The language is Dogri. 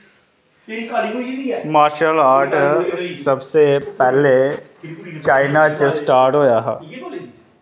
मार्शल आर्ट सबसे पैह्ले चाईना च स्टार्ट होया हा